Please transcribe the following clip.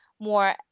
more